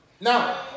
Now